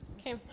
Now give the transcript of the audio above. Okay